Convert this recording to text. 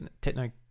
Techno